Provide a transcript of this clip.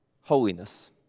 holiness